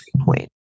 point